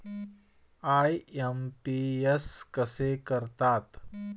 IMPS कसे करतात?